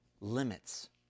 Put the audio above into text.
limits